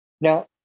Now